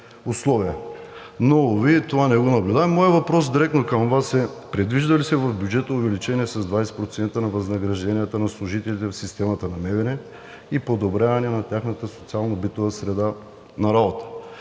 Но уви, това… Моят въпрос директно към Вас е: предвижда ли се в бюджета увеличение с 20% на възнагражденията на служителите в системата на МВР и подобряване на тяхната социално-битова среда на работа?